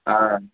ஆ